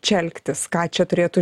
čia elgtis ką čia turėtų